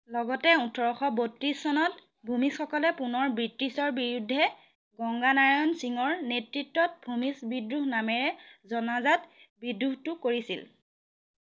লগতে ওঠৰশ বত্ৰিছ চনত ভূমিজসকলে পুনৰ ব্ৰিটিছৰ বিৰুদ্ধে গংগা নাৰায়ণ চিঙৰ নেতৃত্বত ভূমিজ বিদ্ৰোহ নামেৰে জনাজাত বিদ্ৰোহটো কৰিছিল